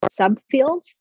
subfields